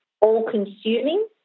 all-consuming